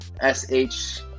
S-H